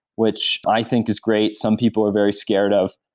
which i think is great. some people are very scared of.